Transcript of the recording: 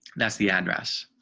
that's the address.